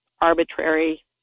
arbitrary